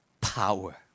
power